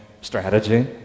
strategy